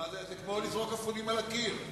זה כמו לזרוק אפונים על הקיר.